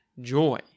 joy